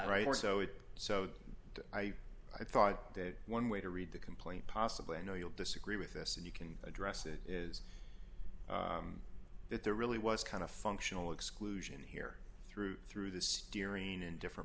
right or so it so i i thought that one way to read the complaint possibly i know you'll disagree with this and you can address it is that there really was kind of functional exclusion here through through the steering and different